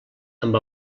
amb